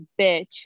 bitch